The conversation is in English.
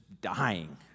dying